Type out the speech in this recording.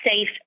safe